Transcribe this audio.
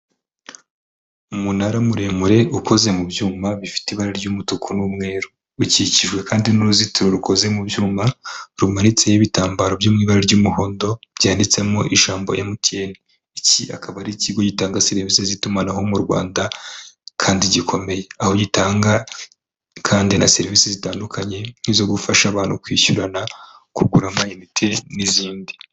Umunara muremure ukoze mu byuma bifite ibara ry'umutuku n'umweru, ukikijwe kandi n'uruzitiro rukozwe mu byuma rumanitseho ibitambaro byo mu ibara ry'umuhondo byanditsemo ijambo Emutiyene. Iki akaba ari ikigo gitanga serivisi z'itumanaho mu Rwanda kandi gikomeye, aho gitanga kandi na serivisi zitandukanye nk'izo gufasha abantu kwishyurana, kugura amayinite n'izindi.